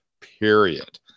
period